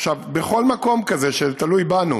עכשיו, בכל מקום כזה שתלוי בנו,